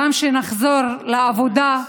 גם כשנחזור לעבודה,